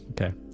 Okay